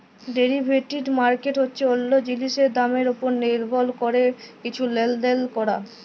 derivative market হছে অল্য জিলিসের দামের উপর লির্ভর ক্যরে কিছু লেলদেল ক্যরা